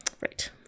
Right